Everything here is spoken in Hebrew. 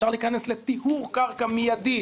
אפשר להיכנס לטיהור קרקע מידי,